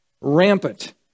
rampant